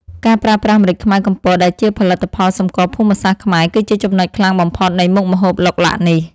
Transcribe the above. ការប្រើប្រាស់ម្រេចខ្មៅកំពតដែលជាផលិតផលសម្គាល់ភូមិសាស្ត្រខ្មែរគឺជាចំណុចខ្លាំងបំផុតនៃមុខម្ហូបឡុកឡាក់នេះ។